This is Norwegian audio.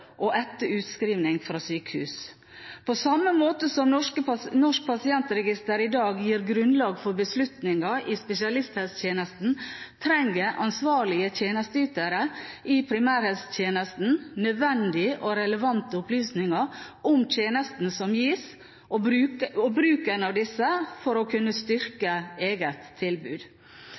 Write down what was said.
og etter utskrivning fra sykehus. På samme måte som Norsk pasientregister i dag gir grunnlag for beslutninger i spesialisthelsetjenesten, trenger ansvarlige tjenesteytere i primærhelsetjenesten nødvendige og relevante opplysninger om tjenestene som gis, og om bruken av disse, for å kunne styrke eget tilbud.